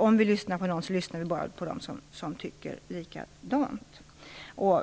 om vi lyssnar på någon så lyssnar vi bara på dem som tycker likadant som vi.